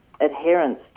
adherence